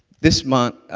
this month,